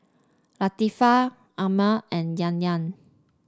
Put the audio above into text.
Latifa Ammir and Yahya